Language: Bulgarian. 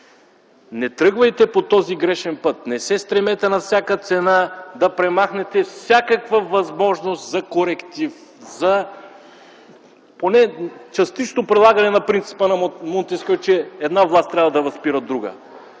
Не тръгвайте по този грешен път, не се стремете на всяка цена да премахнете всякаква възможност за коректив, за поне частично прилагане принципа на Монтескьо, че една власт трябва да възпира друга.